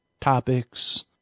topics